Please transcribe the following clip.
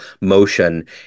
motion